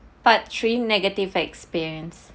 part three negative experience